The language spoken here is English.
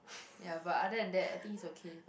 ya but other than that I think it's okay